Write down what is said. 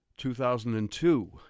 2002